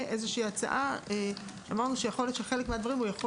היום: 1. הצעת חוק הסדרת העיסוק במקצועות הבריאות (תיקון